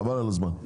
חבל על הזמן.